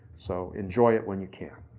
so enjoy it when you can.